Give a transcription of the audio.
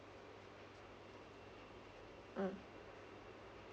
mm